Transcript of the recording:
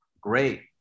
great